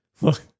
look